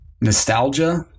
nostalgia